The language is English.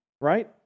right